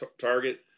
Target